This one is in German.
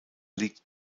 liegt